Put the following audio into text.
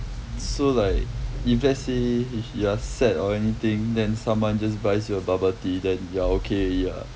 so like if let's say if you are sad or anything then someone just buys you a bubble tea then are okay already ah